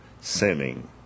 sinning